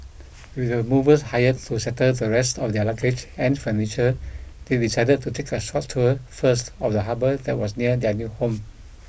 with the movers hired to settle the rest of their luggage and furniture they decided to take a short tour first of the harbour that was near their new home